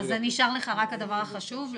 אז נשאר לך רק הדבר החשוב,